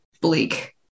bleak